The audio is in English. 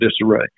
disarray